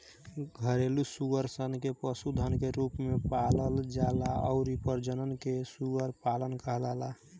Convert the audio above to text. घरेलु सूअर सन के पशुधन के रूप में पालल जाला अउरी प्रजनन के सूअर पालन कहाला